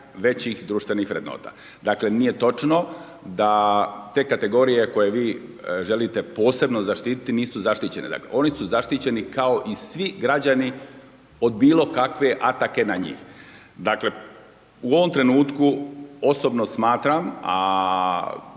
najvećih društvenih vrednota. Dakle nije točno da te kategorije koje vi želite posebno zaštititi nisu zaštićene, dakle oni su zaštićeni kao i svi građani od bilokakve ataka na njih. Dakle u ovom trenutku osobno smatram a